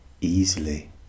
easily